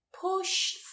Push